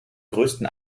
größten